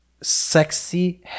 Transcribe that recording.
sexy